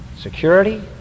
security